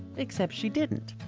except she didn't.